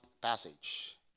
passage